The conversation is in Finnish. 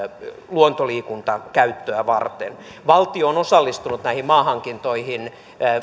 luontoliikuntakäyttöä varten valtio on osallistunut näihin maahankintoihin